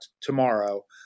tomorrow